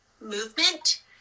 movement –